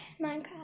Minecraft